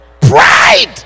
Pride